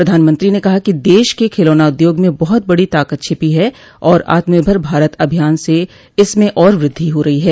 प्रधानमंत्री ने कहा कि देश के खिलौना उद्योग में बहुत बड़ी ताकत छिपी है और आत्मनिर्भर भारत अभियान से इसमें और वृद्धि हो रही है